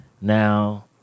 now